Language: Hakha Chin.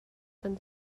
kan